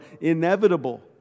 inevitable